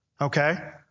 Okay